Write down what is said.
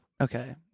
Okay